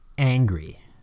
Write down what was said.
angry